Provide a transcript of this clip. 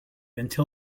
until